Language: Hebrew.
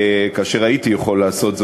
כאשר הייתי יכול לעשות זאת,